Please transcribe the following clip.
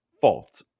fault